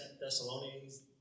Thessalonians